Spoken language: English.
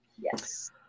Yes